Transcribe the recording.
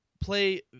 play